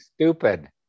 stupid